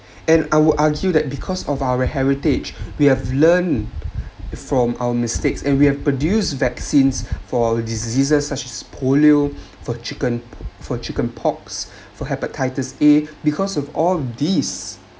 and I would argue that because of our heritage we have learned from our mistakes and we have produced vaccines for diseases such as polio for chicken for chicken pox for hepatitis A because of all these